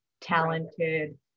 talented